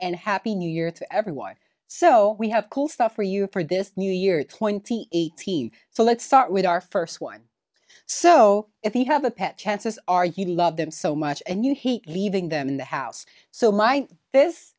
and happy new year to everyone so we have cool stuff for you for this new year twenty eighteen so let's start with our first one so if you have a pet chances are you love them so much and you hate leaving them in the house so might this